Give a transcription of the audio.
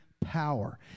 power